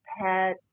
pet